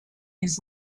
his